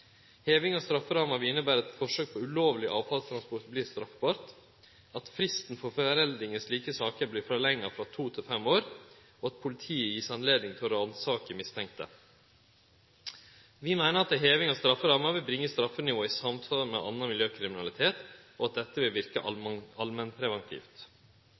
Heving av strafferamma vil innebere at forsøk på ulovleg avfallstransport vert straffbart, at fristen for forelding i slike saker vert forlengd frå to til fem år, og at politiet vert gjeve anledning til å ransake mistenkte. Vi meiner at ei heving av strafferamma vil bringe straffenivået i samsvar med annan miljøkriminalitet, og at dette vil verke